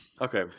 Okay